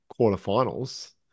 quarterfinals